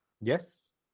Yes